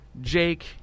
Jake